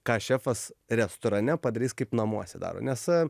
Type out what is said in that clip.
ką šefas restorane padarys kaip namuose daro nes